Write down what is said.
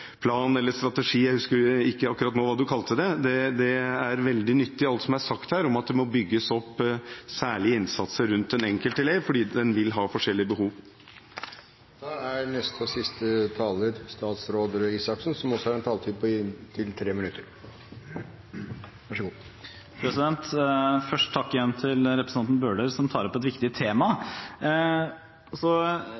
eller -strategi. Jeg husker ikke nå akkurat hva statsråden kalte det. Alt som er sagt her om at det må bygges opp særlige innsatser rundt den enkelte elev, er veldig nyttig, fordi de vil ha forskjellige behov. Først takk igjen til representanten Bøhler som tar opp et viktig tema. Så vil jeg nevne at i Larvik er det en videregående skole – som for øvrig vant Dronning Sonjas skolepris – som har gjort nettopp det,